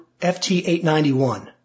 FT891